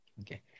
Okay